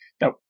Now